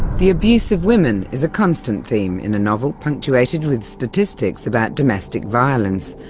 the abuse of women is a constant theme in a novel punctuated with statistics about domestic violence,